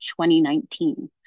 2019